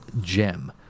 gem